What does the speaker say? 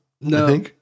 No